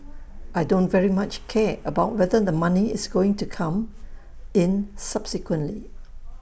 I don't very much care about whether the money is going to come in subsequently